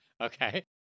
Okay